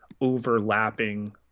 overlapping